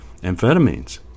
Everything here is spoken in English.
amphetamines